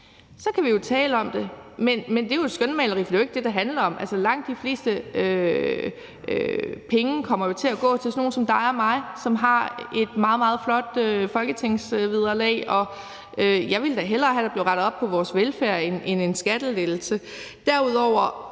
så kan vi jo tale om det. Men det er et skønmaleri, for det er ikke det, det handler om. Langt de fleste penge kommer jo til at gå til sådan nogle som dig og mig, som har et meget, meget flot folketingsvederlag. Jeg ville da hellere have, at der blev rettet op på vores velfærd, end en skattelettelse.